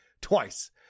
twice